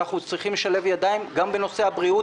אנחנו צריכים לשלב ידיים גם בנושא הבריאות.